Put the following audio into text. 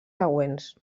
següents